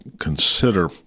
consider